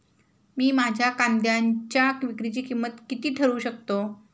मी माझ्या कांद्यांच्या विक्रीची किंमत किती ठरवू शकतो?